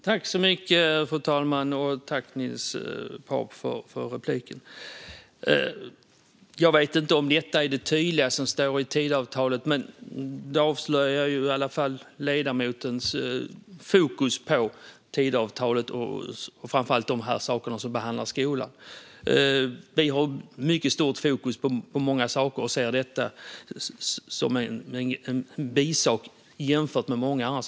Fru talman! Tack, Niels Paarup-Petersen, för repliken! Jag vet inte om detta är det tydligaste som står i Tidöavtalet, men det avslöjar i alla fall ledamotens fokus på Tidöavtalet och framför allt på det som behandlar skolan. Vi har mycket stort fokus på många saker och ser detta som en bisak jämfört med mycket annat.